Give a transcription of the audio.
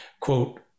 quote